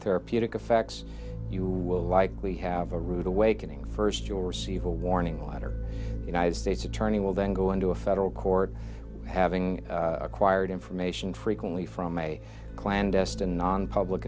therapeutic effects you will like we have a rule awakenings first you will receive a warning letter united states attorney will then go into a federal court having acquired information frequently from a clandestine nonpublic